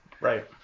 Right